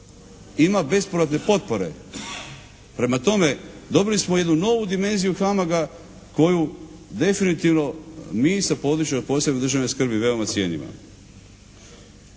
ima bespovratne potpore. Prema tome, dobili smo jednu novu dimenziju HAMAG-a koju definitivno mi sa područja od posebne državne skrbi veoma cijenimo.